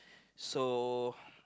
so